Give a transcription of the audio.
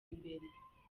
imbere